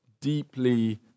deeply